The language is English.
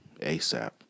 ASAP